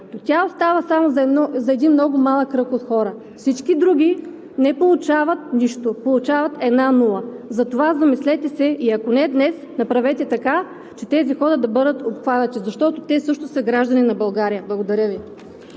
Тя остава само за един много малък кръг от хора. Всички други не получават нищо. Получават една нула. Затова замислете се и ако не днес, направете така, че тези хора да бъдат обхванати, защото те също са граждани на България. Благодаря Ви.